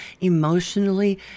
emotionally